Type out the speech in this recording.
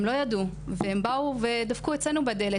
הם לא ידעו והם באו ודפקו אצלנו בדלת